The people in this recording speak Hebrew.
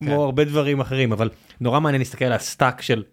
הרבה דברים אחרים אבל נורא מעניין להסתכל על הסטאק של.